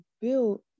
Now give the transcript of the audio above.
built